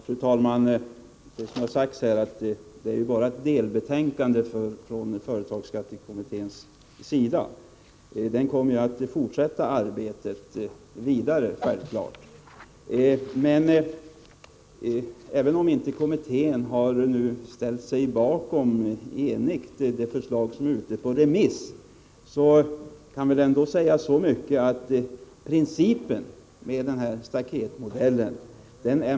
Fru talman! Såsom har sagts här är det bara fråga om ett delbetänkande från företagsskattekommittén. Kommittén kommer självklart att fortsätta sitt arbete. Även om kommittén inte enigt har ställt sig bakom det förslag som nu är ute på remiss, kan jag väl ändå säga så mycket att man är ganska överens om principen med staketmodellen.